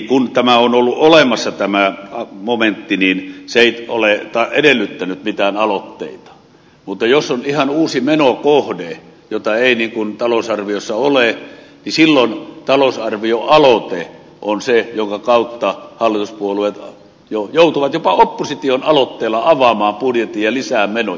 kun tämä momentti on ollut olemassa niin se ei ole edellyttänyt mitään aloitteita mutta jos on ihan uusi menokohde jota ei talousarviossa ole silloin talousarvioaloite on se jonka kautta hallituspuolueet joutuvat jopa opposition aloitteella avaamaan budjetin ja lisäämään menoja